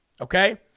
okay